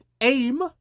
AIM